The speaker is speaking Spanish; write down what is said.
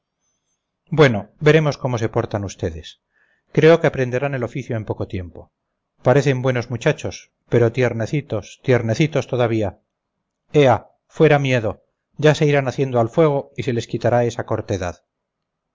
bueno veremos cómo se portan ustedes creo que aprenderán el oficio en poco tiempo parecen buenos muchachos pero tiernecitos tiernecitos todavía ea fuera miedo ya se irán haciendo al fuego y se les quitará esa cortedad